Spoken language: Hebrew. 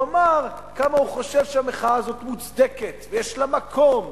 כמה הוא חושב שהמחאה הזאת מוצדקת ויש לה מקום.